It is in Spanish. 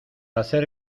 hacer